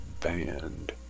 banned